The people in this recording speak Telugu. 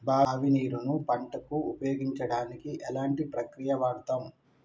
బావి నీరు ను పంట కు ఉపయోగించడానికి ఎలాంటి ప్రక్రియ వాడుతం?